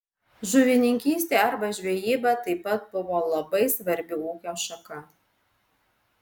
žuvininkystė arba žvejyba taip pat buvo labai svarbi ūkio šaka